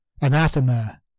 anathema